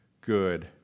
good